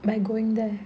by going there